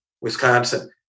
Wisconsin